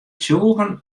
tsjûgen